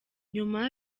nyuma